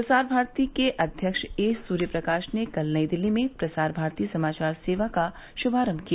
प्रसार भारती के अध्यक्ष ए सूर्यप्रकाश ने कल नई दिल्ली में प्रसार भारती समाचार सेवा का शुभारम्भ किया